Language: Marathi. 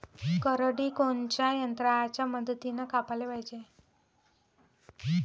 करडी कोनच्या यंत्राच्या मदतीनं कापाले पायजे?